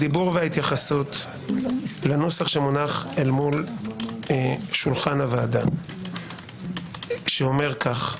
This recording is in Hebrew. הדיבור וההתייחסות לנוסח שמונח אל מול שולחן הוועדה שאומר כך: